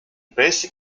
basic